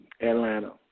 Atlanta